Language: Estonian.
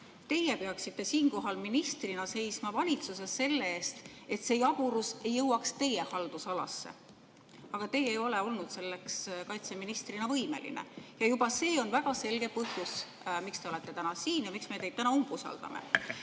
Teie peaksite siinkohal ministrina seisma valitsuses selle eest, et see jaburus ei jõuaks teie haldusalasse. Aga teie ei ole olnud selleks kaitseministrina võimeline ja juba see on väga selge põhjus, miks te olete täna siin ja miks me teid täna umbusaldame.